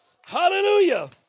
Hallelujah